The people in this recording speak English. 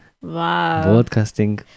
broadcasting